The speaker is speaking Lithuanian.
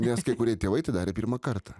nes kai kurie tėvai tai darė pirmą kartą